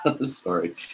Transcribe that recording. sorry